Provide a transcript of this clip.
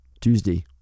Tuesday